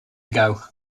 ago